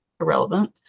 irrelevant